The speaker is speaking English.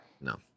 No